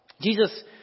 Jesus